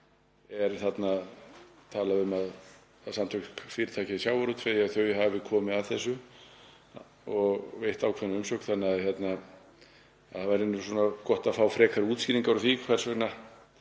er þarna talað um að Samtök fyrirtækja í sjávarútvegi hafi komið að þessu og veitt ákveðna umsögn þannig að það væri gott að fá frekari útskýringar á því hvers vegna